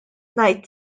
ngħid